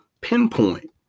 pinpoint